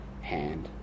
hand